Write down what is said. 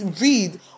read